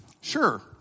sure